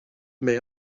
may